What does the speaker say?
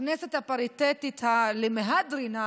הכנסת הפריטטית למהדרין,